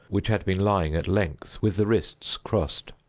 which had been lying at length, with the wrists crossed.